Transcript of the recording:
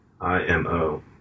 I-M-O